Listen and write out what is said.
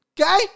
Okay